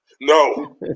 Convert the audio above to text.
No